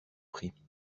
prie